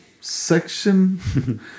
section